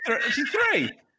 three